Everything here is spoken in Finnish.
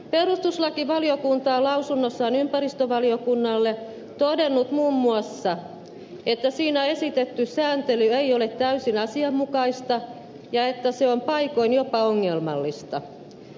perustuslakivaliokunta on lausunnossaan ympäristövaliokunnalle todennut muun muassa että siinä esitetty sääntely ei ole täysin asianmukaista ja että se on paikoin jopa ongelmallista